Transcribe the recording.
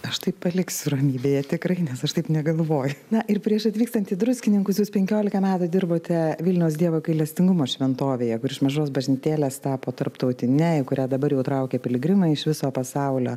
aš tai paliksiu ramybėje tikrai nes aš taip negalvoju na ir prieš atvykstant į druskininkus jūs penkiolika metų dirbote vilniaus dievo gailestingumo šventovėje kur iš mažos bažnytėlės tapo tarptautine į kurią dabar jau traukia piligrimai iš viso pasaulio